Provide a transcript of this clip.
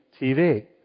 TV